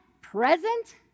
Present